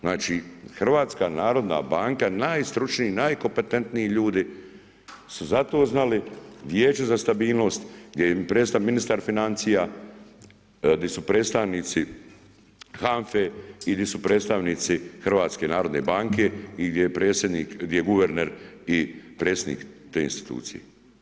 Znači HNB, najstručniji, najkompetentniji ljudi su za to znali, vijeće za stabilnost gdje je i predstavnik ministar financija, di su predstavnici HANFA-e i di su predstavnici HNB-a i gdje je guverner i predsjednik te institucije.